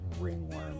Ringworm